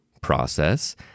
process